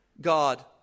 God